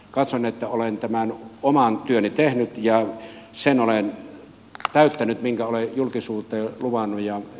katson että olen tämän oman työni tehnyt ja sen olen täyttänyt minkä olen julkisuuteen luvannut